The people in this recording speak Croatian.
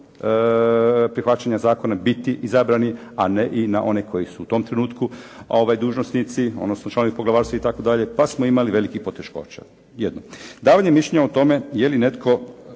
prihvaćanja zakona biti izabrani, a ne i na one koji su u tom trenutku dužnosnici, odnosno članovi poglavarstva itd. pa smo imali velikih poteškoća. Davanje mišljenja o tome je li neko